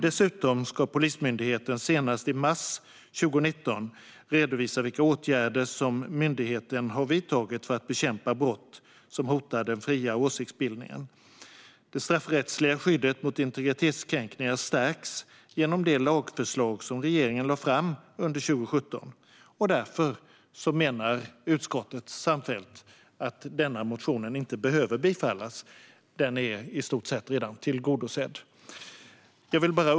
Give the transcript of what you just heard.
Dessutom ska Polismyndigheten senast i mars 2019 redovisa vilka åtgärder som myndigheten har vidtagit för att bekämpa brott som hotar den fria åsiktsbildningen. Det straffrättsliga skyddet mot integritetskränkningar stärks genom det lagförslag som regeringen lade fram under 2017. Därför menar utskottet samfällt att denna motion inte behöver bifallas. Den är i stort sett redan tillgodosedd.